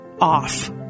off